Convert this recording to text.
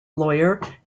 lawyer